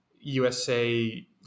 USA